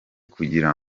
kugira